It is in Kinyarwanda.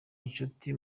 inshuti